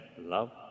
love